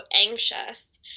anxious